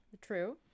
True